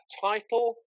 title